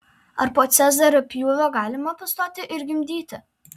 ar po cezario pjūvio galima pastoti ir gimdyti